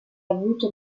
avuto